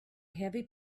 heavy